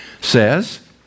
says